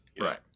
Right